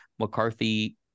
McCarthy